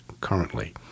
currently